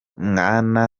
mwana